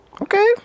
okay